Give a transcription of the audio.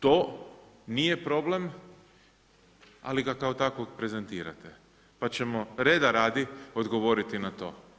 To nije problem, ali ga kao takvog prezentirate, pa ćemo reda radi odgovoriti na to.